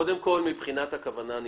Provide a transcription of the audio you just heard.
אני מסכים.